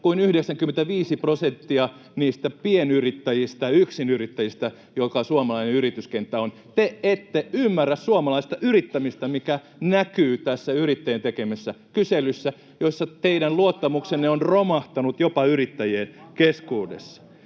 kuin 95 prosenttia niistä pienyrittäjistä ja yksinyrittäjistä, joka suomalainen yrityskenttä on. Te ette ymmärrä suomalaista yrittämistä, mikä näkyy tässä yrittäjien tekemässä kyselyssä, jossa teidän luottamuksenne on romahtanut jopa yrittäjien keskuudessa.